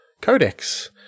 Codex